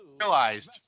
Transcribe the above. realized